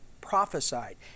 prophesied